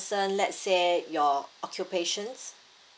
~cern let's say your occupations